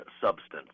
substance